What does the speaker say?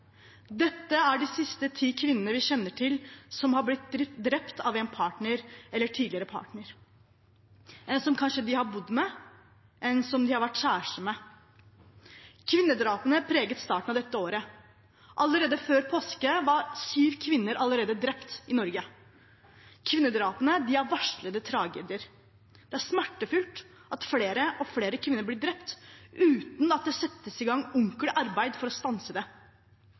dette er de siste ti kvinnene vi kjenner til som har blitt drept av en partner eller tidligere partner, en som de kanskje har bodd med, en som de har vært kjæreste med. Kvinnedrapene preget starten av dette året. Allerede før påske var sju kvinner drept i Norge. Kvinnedrapene er varslede tragedier. Det er smertefullt at flere og flere kvinner blir drept uten at det settes i gang ordentlig arbeid for å stanse det.